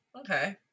okay